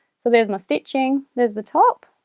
so there's my stitching there's the top